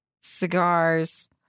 cigars